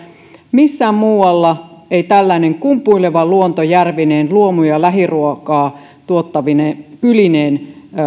missään muualla ei tällainen kumpuileva luonto järvineen luomu ja lähiruokaa tuottavine kylineen